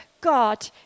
God